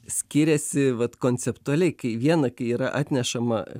skiriasi vat konceptualiai kai vieną kai yra atnešama